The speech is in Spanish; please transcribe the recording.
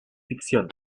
ficción